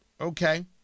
Okay